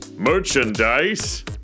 Merchandise